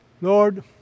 Lord